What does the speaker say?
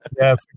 Yes